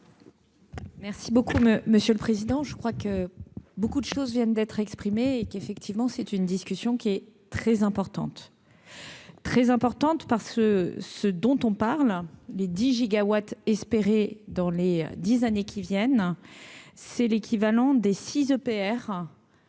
Merci beaucoup monsieur le président, je crois que beaucoup de choses viennent d'être exprimées et qu'effectivement, c'est une discussion qui est très importante, très importante par ce ce dont on parle, les 10 gigawatts espérer dans les 10 années qui viennent, c'est l'équivalent des 6 EPR